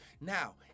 Now